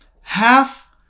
half